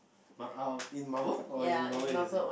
in Marvel or in Marvel or DC